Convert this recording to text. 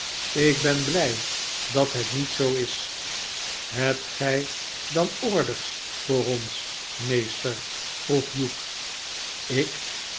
ik ben blij dat het niet zoo is hebt gij dan orders voor ons meester vroeg hugh ik